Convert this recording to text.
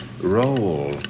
Roll